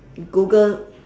google